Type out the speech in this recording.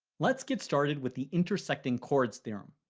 let's get started with the intersecting chords theorem.